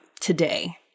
today